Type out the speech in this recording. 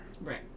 Right